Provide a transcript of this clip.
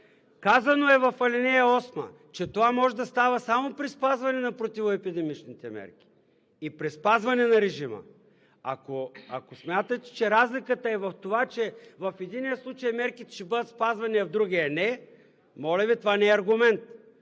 Казано е в ал. 8, че това може да става само при спазване на противоепидемичните мерки и при спазване на режима. Ако смятате, че разликата е в това, че в единия случай мерките ще бъдат спазвани, а в другия не, моля Ви, това не е аргумент.